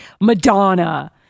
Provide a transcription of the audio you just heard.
Madonna